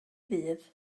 ddydd